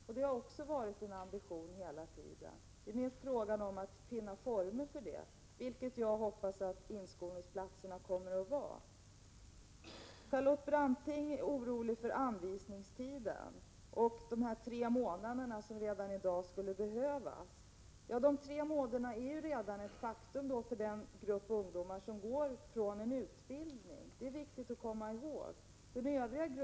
Vi har hela tiden haft en sådan ambition. Vad det har gällt har varit att finna former för att förverkliga den, och jag hoppas att inskolningsplatserna kommer att vara en sådan form. Charlotte Branting är orolig i vad gäller anvisningstiden och menar att den redan nu skulle behöva omfatta tre månader. Men det är viktigt att komma ihåg att tre månaders anvisningstid ju redan är genomförd för de ungdomar som går ut från en utbildning.